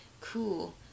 cool